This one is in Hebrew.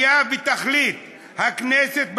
היה ותחליט הכנסת,